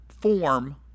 form